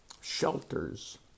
shelters